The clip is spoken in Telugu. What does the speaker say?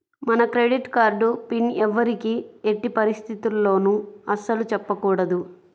మన క్రెడిట్ కార్డు పిన్ ఎవ్వరికీ ఎట్టి పరిస్థితుల్లోనూ అస్సలు చెప్పకూడదు